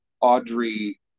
Audrey